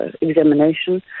examination